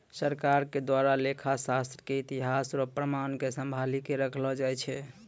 सरकार के द्वारा लेखा शास्त्र के इतिहास रो प्रमाण क सम्भाली क रखलो जाय छै